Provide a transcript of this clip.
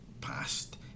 past